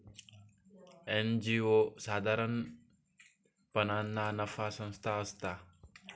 NGO साधारणपणान ना नफा संस्था असता